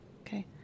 Okay